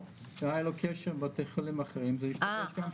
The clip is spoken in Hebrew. והיה לו קשר עם בתי חולים אחרים זה ישתבש גם שם.